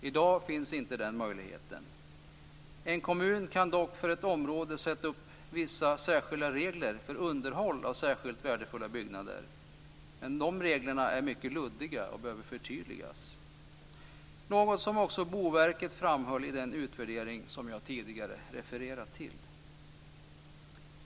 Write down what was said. I dag finns inte den möjligheten. En kommun kan dock för ett område sätta upp vissa särskilda regler för underhåll av särskilt värdefulla byggnader, men de reglerna är mycket luddiga och behöver förtydligas - något som också Boverket framhöll i den utvärdering som jag tidigare refererat till.